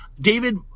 David